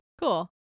Cool